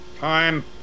Time